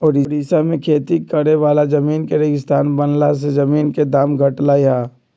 ओड़िशा में खेती करे वाला जमीन के रेगिस्तान बनला से जमीन के दाम घटलई ह